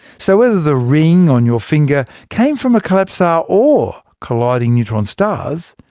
so whether the ring on your finger came from a collapsar or colliding neutron stars,